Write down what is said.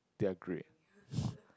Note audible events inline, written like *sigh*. they are great *breath*